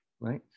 right